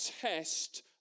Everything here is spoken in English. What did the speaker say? test